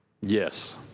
Yes